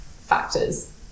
factors